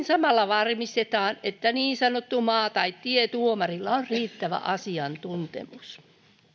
samalla varmistetaan että niin sanotulla maa tai tietuomarilla on riittävä asiantuntemus